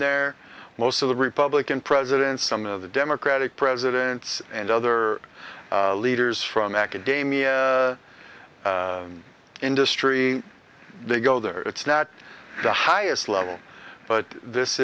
there most of the republican presidents some of the democratic presidents and other leaders from macadamia industry they go there it's not the highest level but this